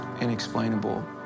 inexplainable